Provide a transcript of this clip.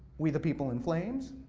we the people in flames,